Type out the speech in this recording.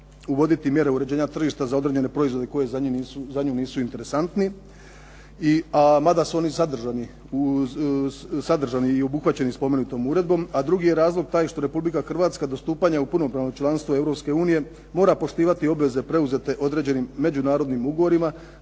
uvoditi mjere uređenja tržišta za određene proizvode koje za nju nisu interesantni mada su oni sadržani i obuhvaćeni spomenutom uredbom. A drugi je razlog taj što Republika Hrvatska do stupanja u punopravno članstvo Europske unije mora poštivati obveze preuzete određenim međunarodnim ugovorima